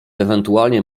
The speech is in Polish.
ewentualnie